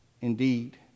indeed